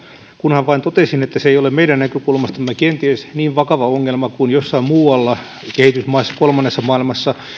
kunhan vain totesin että se ei ole meidän näkökulmastamme kenties niin vakava ongelma kuin jossain muualla kehitysmaissa ja kolmannessa maailmassa